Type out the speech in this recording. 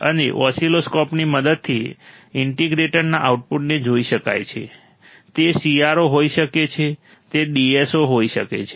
અને ઑસિલોસ્કોપની મદદથી ઈન્ટિગ્રેટરના આઉટપુટને જોઈ શકાય છે તે CRO હોઈ શકે છે તે DSO હોઈ શકે છે